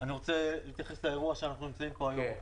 אני רוצה להתייחס לאירוע שאנחנו נמצאים בו היום.